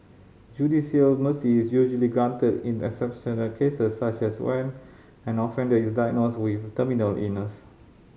judicial mercy is usually granted in exceptional cases such as when an offender is diagnosed with terminal illness